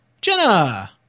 Jenna